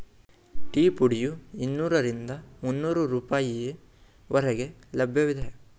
tea ಪುಡಿಯು ಇನ್ನೂರರಿಂದ ಮುನ್ನೋರು ರೂಪಾಯಿ ಹೊರಗೆ ಲಭ್ಯವಿದೆ